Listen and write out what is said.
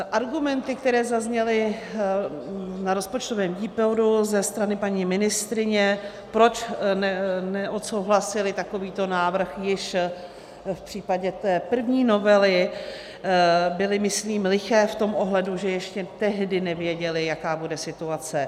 Argumenty, které zazněly na rozpočtovém výboru ze strany paní ministryně, proč neodsouhlasili takovýto návrh již v případě té první novely, byly myslím liché v tom ohledu, že ještě tehdy nevěděli, jaká bude situace.